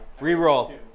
Reroll